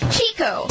Chico